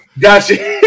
Gotcha